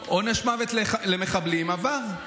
עונש מוות למחבלים עבר.